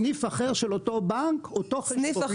סניף אחר של אותו בנק, אותו חשבון.